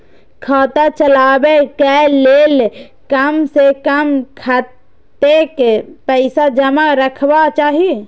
खाता चलावै कै लैल कम से कम कतेक पैसा जमा रखवा चाहि